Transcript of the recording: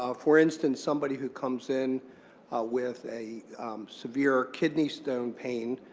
ah for instance, somebody who comes in with a severe kidney stone pain,